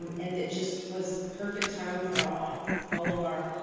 and and it just was perfect timing for all all of our,